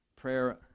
prayer